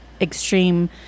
extreme